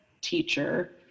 teacher